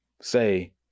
say